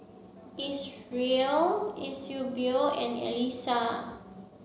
Isreal Eusebio and Elissa